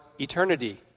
eternity